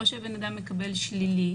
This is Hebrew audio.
או שבן אדם מקבל שלילי